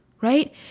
right